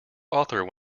author